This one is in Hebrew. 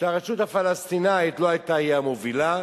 שהרשות הפלסטינית לא היא היתה המובילה,